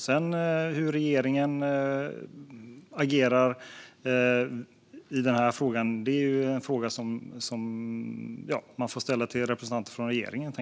Hur sedan regeringen agerar i denna fråga är något man får fråga representanter för regeringen.